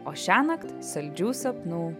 o šiąnakt saldžių sapnų